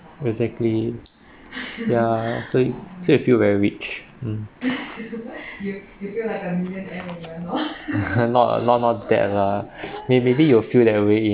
exactly ya so you feel very rich mm not not like that lah maybe maybe you'll feel that way in